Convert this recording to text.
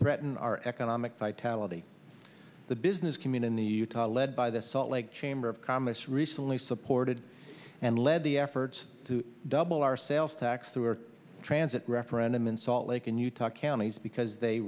threaten our economic vitality the business community utah led by the salt lake chamber of commerce recently supported and led the effort to double our sales tax through our transit referendum in salt lake and utah counties because they